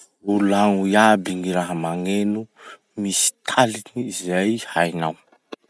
Volagno iaby gny raha magneno misy taliny zay hainao.